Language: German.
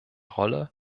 rolle